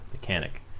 mechanic